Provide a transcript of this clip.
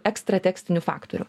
ekstra tekstinių faktorių